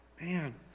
Man